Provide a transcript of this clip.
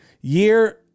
Year